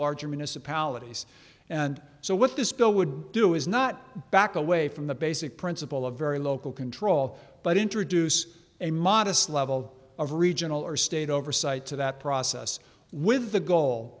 larger municipalities and so what this bill would do is not back away from the basic principle of very local control but introduce a modest level of regional or state oversight to that process with the goal